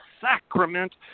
sacrament